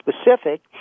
specific